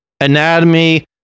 anatomy